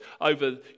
over